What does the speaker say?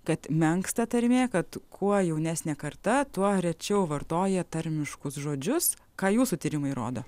kad menksta tarmė kad kuo jaunesnė karta tuo rečiau vartoja tarmiškus žodžius ką jūsų tyrimai rodo